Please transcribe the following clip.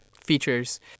features